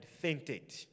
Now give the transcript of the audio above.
fainted